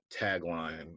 tagline